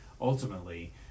Ultimately